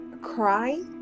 cry